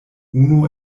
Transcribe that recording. unu